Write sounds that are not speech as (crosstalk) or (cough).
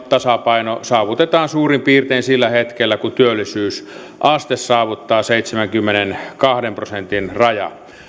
(unintelligible) tasapaino saavutetaan suurin piirtein sillä hetkellä kun työllisyysaste saavuttaa seitsemänkymmenenkahden prosentin rajan no